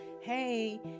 Hey